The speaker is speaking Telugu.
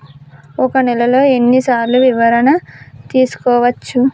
ఒక నెలలో ఎన్ని సార్లు వివరణ చూసుకోవచ్చు?